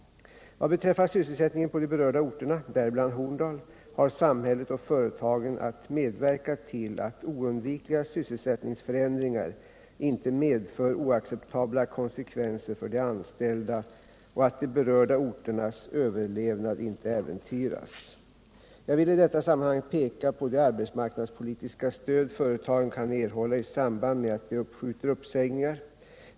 Vad beträffar sysselsättningen på de berörda orterna, däribland Horndal, har samhället och företagen att medverka till att oundvikliga sysselsättningsförändringar inte medför oacceptabla konsekvenser för de anställda och att de berörda orternas överlevnad inte äventyras. Jag vill i detta sammanhang peka på de arbetsmarknadspolitiska stöd företagen kan erhålla i samband med att de uppskjuter uppsägningar.